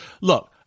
Look